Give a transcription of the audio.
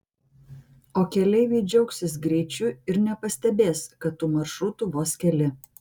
o keleiviai džiaugsis greičiu ir nepastebės kad tų maršrutų vos keli